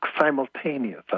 simultaneous